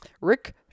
Rick